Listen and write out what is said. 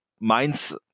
Mainz